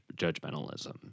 judgmentalism